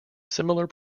similar